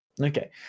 Okay